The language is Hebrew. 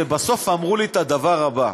ובסוף אמרו לי את הדבר הבא,